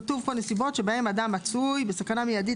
כתוב פה נסיבות שבהן אדם מצוי בסכנה מיידית